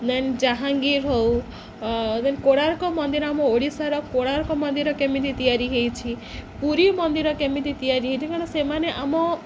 ଦେନ୍ ଜାହାଙ୍ଗୀର ହଉ ଦେନ୍ କୋଣାର୍କ ମନ୍ଦିର ଆମ ଓଡ଼ିଶାର କୋଣାର୍କ ମନ୍ଦିର କେମିତି ତିଆରି ହେଇଛି ପୁରୀ ମନ୍ଦିର କେମିତି ତିଆରି ହେଇ ସେମାନେ ଆମ